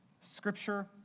scripture